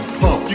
pump